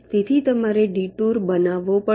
તેથી તમારે ડિટુર બનાવવો પડશે